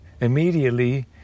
immediately